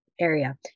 area